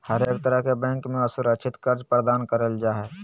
हरेक तरह के बैंक मे असुरक्षित कर्ज प्रदान करल जा हय